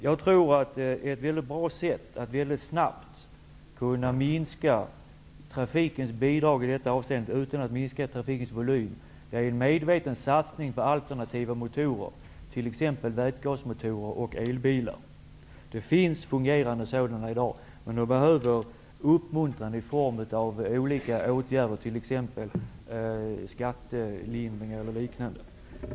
Jag tror att ett mycket bra sätt att väldigt snabbt kunna minska trafikens bidrag i detta avseende, utan att minska trafikens volym, är en medveten satsning på alternativa motorer, t.ex. vätgasmotorer och elbilar. Det finns fungerande sådana i dag, men uppmuntran behövs i form av olika åtgärder, t.ex. skattelindring eller liknande.